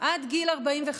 עד גיל 45,